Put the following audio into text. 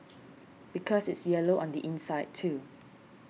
because it's yellow on the inside too